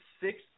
six